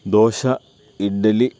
dosa idli